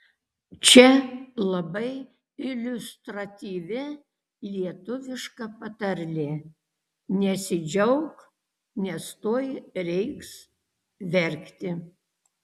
čia labai iliustratyvi lietuviška patarlė nesidžiauk nes tuoj reiks verkti